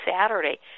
Saturday